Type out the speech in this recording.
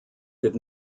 did